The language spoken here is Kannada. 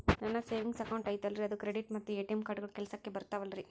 ನನ್ನ ಸೇವಿಂಗ್ಸ್ ಅಕೌಂಟ್ ಐತಲ್ರೇ ಅದು ಕ್ರೆಡಿಟ್ ಮತ್ತ ಎ.ಟಿ.ಎಂ ಕಾರ್ಡುಗಳು ಕೆಲಸಕ್ಕೆ ಬರುತ್ತಾವಲ್ರಿ?